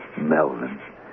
Melvin